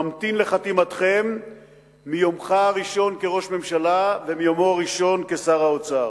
ממתין לחתימתכם מיומך הראשון כראש הממשלה ומיומו הראשון כשר האוצר,